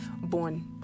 born